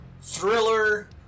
thriller